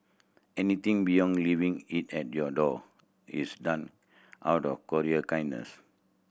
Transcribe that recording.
anything beyond leaving it at your door is done out of courier kindness